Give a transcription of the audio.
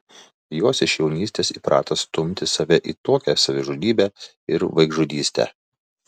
jos iš jaunystės įprato stumti save į tokią savižudybę ir vaikžudystę